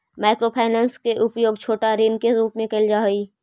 micro finance के उपयोग छोटा ऋण के रूप में कैल जा हई